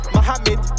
Mohammed